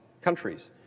countries